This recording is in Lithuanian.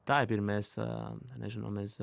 taip ir mes nežinau mes